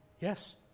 yes